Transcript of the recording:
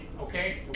okay